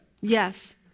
Yes